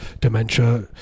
dementia